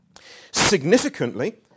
Significantly